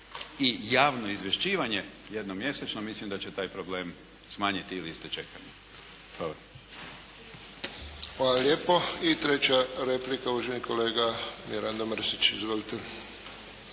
i javno izvješćivanje jednomjesečno, mislim da će taj problem smanjiti i liste čekanja. Hvala. **Friščić, Josip (HSS)** Hvala lijepo. I treća replika, uvaženi kolega Mirando Mrsić. Izvolite.